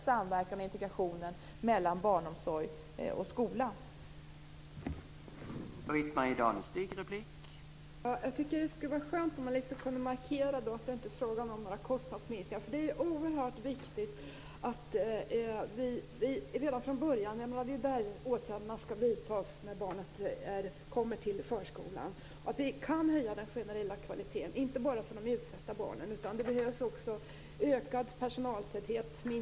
Samverkan och integrationen mellan barnomsorg och skola ökar.